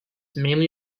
mainly